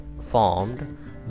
formed